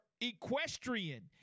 equestrian